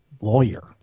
lawyer